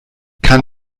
kann